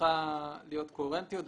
צריכה להיות קוהרנטיות.